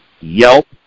yelp